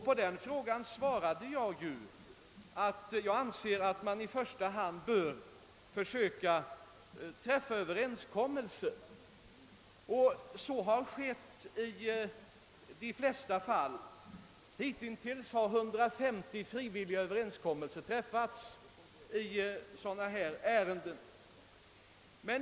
På denna fråga svarade jag att jag anser att man i första hand bör försöka träffa överenskommelse härom, och så har skett i de flesta fall. Hitintills har 150 frivilliga överenskommelser träffats i ärenden av det aktuella slaget.